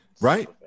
Right